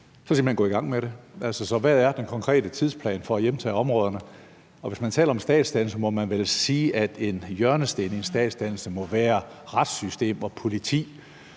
hen at gå i gang med det. Så hvad er den konkrete tidsplan for at hjemtage områderne? Og hvis man taler om statsdannelse, må man vel sige, at en hjørnesten i en statsdannelse må være retssystem og politi.